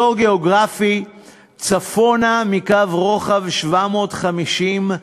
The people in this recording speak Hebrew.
אזור גיאוגרפי צפונה מקו רוחב 750,